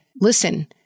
listen